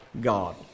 God